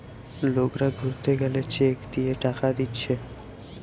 লোকরা ঘুরতে গেলে চেক দিয়ে টাকা দিচ্ছে